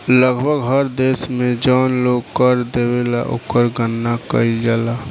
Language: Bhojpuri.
लगभग हर देश में जौन लोग कर देवेला ओकर गणना कईल जाला